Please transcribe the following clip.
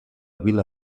vila